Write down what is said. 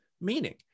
meaning